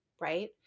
right